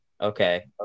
Okay